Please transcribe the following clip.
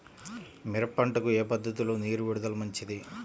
మిరప పంటకు ఏ పద్ధతిలో నీరు విడుదల మంచిది?